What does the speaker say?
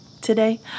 today